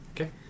Okay